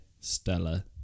Stella